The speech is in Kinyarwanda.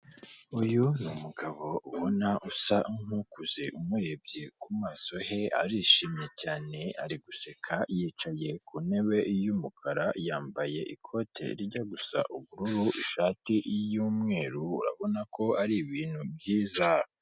Uyu ni umugabo ubona usa nk'ukuze umurebye ku maso he arishimye cyane ari guseka yicaye ku ntebe y'umukara, yambaye ikote rijya gusa ubururu ishati y'umweru urabona ko ari ibintu byiza.